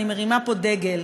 ואני מרימה פה דגל,